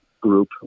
group